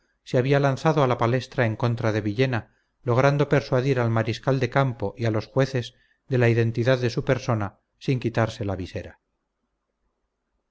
se había lanzado a la palestra en contra de villena logrando persuadir al mariscal del campo y a los jueces de la identidad de su persona sin quitarse la visera